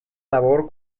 labor